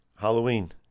halloween